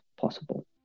possible